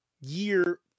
year